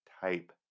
type